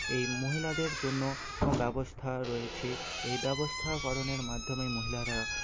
এই মহিলাদের জন্য ব্যবস্থা রয়েছে এই ব্যবস্থাকরণের মাধ্যমে মহিলারা